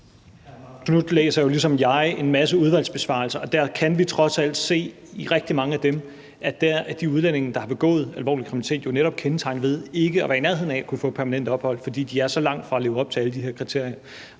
besvarelser på udvalgsspørgsmål, og vi kan trods alt se i rigtig mange af dem, at de udlændinge, der har begået alvorlig kriminalitet, jo netop er kendetegnet ved ikke at være i nærheden af at kunne få permanent ophold, fordi de er så langt fra at leve op til alle de her